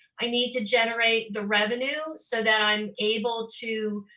i need to generate the revenue so that i'm able to